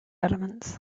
elements